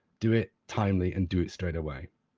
do it timely, and do it straightaway.